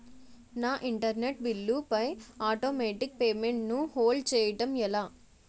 నా internet bill పై automatic payment ను హోల్డ్ చేయటం ఎలా?